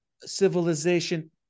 civilization